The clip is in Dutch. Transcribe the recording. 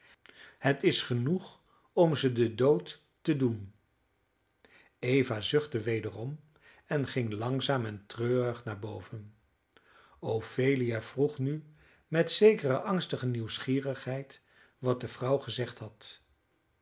het is genoeg om ze den dood te doen eva zuchtte wederom en ging langzaam en treurig naar boven ophelia vroeg nu met zekere angstige nieuwsgierigheid wat de vrouw gezegd had